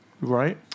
Right